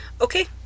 Okay